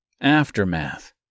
Aftermath